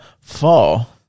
fall